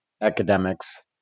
academics